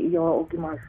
jo augimas